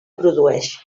produeix